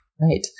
Right